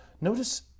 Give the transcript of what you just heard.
Notice